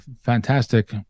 fantastic